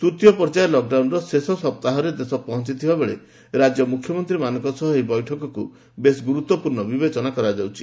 ତୂତୀୟ ପର୍ଯ୍ୟାୟ ଲକ୍ଡାଉନ୍ର ଶେଷ ସପ୍ତାହରେ ଦେଶ ପହଞ୍ଚଥିବାବେଳେ ରାଜ୍ୟ ମୁଖ୍ୟମନ୍ତ୍ରୀମାନଙ୍କର ଏହି ବୈଠକକୁ ବେଶ୍ ଗୁରୁତ୍ୱପୂର୍ଣ୍ଣ ବିବେଚନ କରାଯାଉଛି